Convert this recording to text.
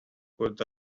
could